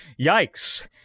yikes